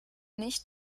nicht